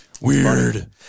Weird